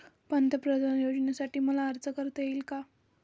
पंतप्रधान योजनेसाठी मला अर्ज करता येईल का?